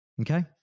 Okay